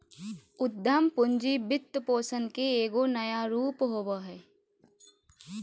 उद्यम पूंजी वित्तपोषण के एगो नया रूप होबा हइ